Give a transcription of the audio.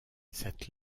cette